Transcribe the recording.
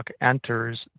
Enters